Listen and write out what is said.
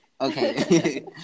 Okay